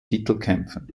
titelkämpfen